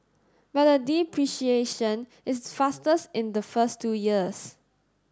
but the depreciation is fastest in the first two years